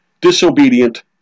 disobedient